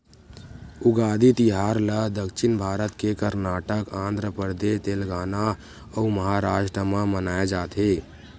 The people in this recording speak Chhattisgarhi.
उगादी तिहार ल दक्छिन भारत के करनाटक, आंध्रपरदेस, तेलगाना अउ महारास्ट म मनाए जाथे